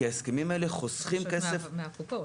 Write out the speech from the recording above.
כי ההסכמים האלה חוסכים כסף --- מהקופות.